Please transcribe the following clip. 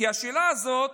כי השאלה הזאת